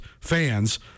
fans